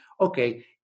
okay